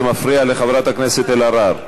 זה מפריע לחברת הכנסת אלהרר.